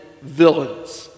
villains